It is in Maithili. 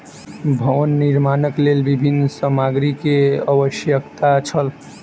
भवन निर्माणक लेल विभिन्न सामग्री के आवश्यकता छल